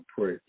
pray